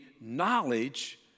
knowledge